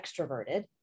extroverted